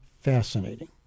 fascinating